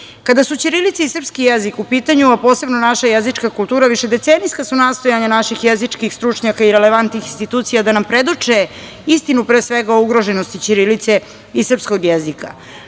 su ćirilica i srpski jezik u pitanju, a posebno naša jezička kultura, višedecenijska su nastojanja naših jezičkih stručnjaka i relevantnih institucija da nam predoči istinu pre svega o ugroženosti ćirilice i srpskog jezika.